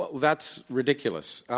but that's ridiculous.